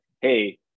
Hey